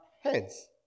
heads